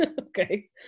Okay